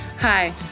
Hi